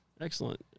Excellent